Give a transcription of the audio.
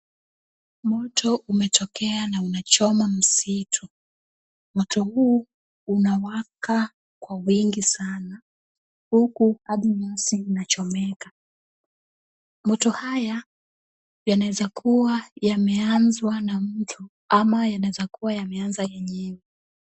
Moto umetokea na unachoma msitu. Moto huu unawaka kwa wingi sana. Huku hadi nyasi zinachomeka. Moto haya, yanaweza kuwa yameanzwa na mtu ama yanaweza kuwa yameanza yenyewe.